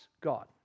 God